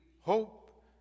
hope